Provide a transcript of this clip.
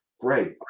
Great